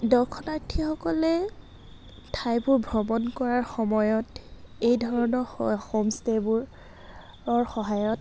দক্ষণাৰ্থীসকলে ঠাইবোৰ ভ্ৰমণ কৰাৰ সময়ত এই ধৰণৰ হোমষ্টে'বোৰৰ সহায়ত